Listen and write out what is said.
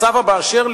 מצב המאשר,